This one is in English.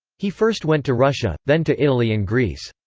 he first went to russia, then to italy and greece.